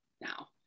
now